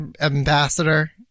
ambassador